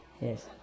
Yes